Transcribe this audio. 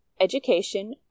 Education